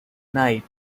night